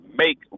make